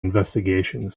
investigations